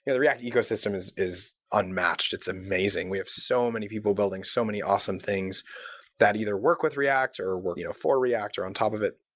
yeah the react ecosystem is is unmatched. it's amazing. we have so many people building so many awesome things that either work with react, or you know for react, or on top of it.